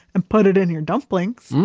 and put it in your dumplings.